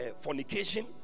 fornication